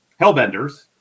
hellbenders